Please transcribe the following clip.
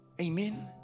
Amen